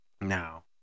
Now